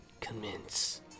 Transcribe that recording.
Commence